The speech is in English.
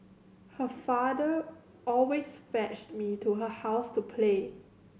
her father always fetched me to her house to play